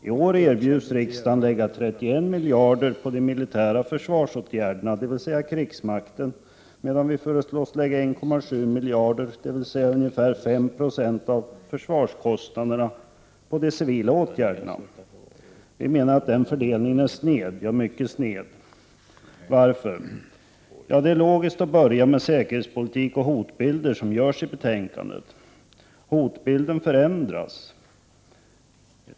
I år erbjuds riksdagen att lägga 31 miljarder på de militära försvarsåtgärderna, dvs. krigsmakten, medan den föreslås lägga 1,7 miljarder, dvs. ungefär 5 90 av försvarskostnaderna, på de civila åtgärderna. Vi menar att den fördelningen är mycket sned. Varför? Det är logiskt att börja med säkerhetspolitiken och hotbilden, vilket görs i betänkandet. Hotbilden förändras.